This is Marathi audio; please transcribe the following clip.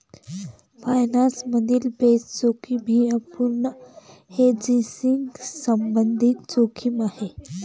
फायनान्स मधील बेस जोखीम ही अपूर्ण हेजिंगशी संबंधित जोखीम आहे